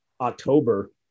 October